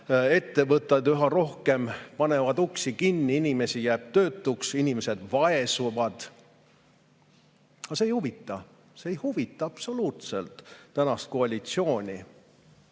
ettevõtted üha rohkem panevad uksi kinni, inimesi jääb töötuks, inimesed vaesuvad. Aga see ei huvita! See ei huvita absoluutselt tänast koalitsiooni. Ma